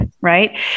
right